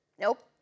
Nope